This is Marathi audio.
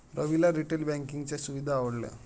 रविला रिटेल बँकिंगच्या सुविधा आवडल्या